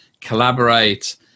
collaborate